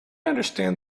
understand